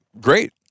Great